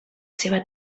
seva